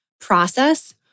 Process